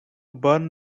burn